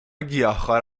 گیاهخوار